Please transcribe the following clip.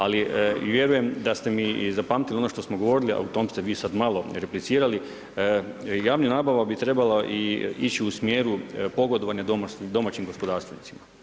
Ali vjerujem da ste zapamtili ono što smo govorili, a o tom ste vi sada malo replicirali, javna nabava bi trebala ići u smjeru pogodovanja domaćim gospodarstvenicima.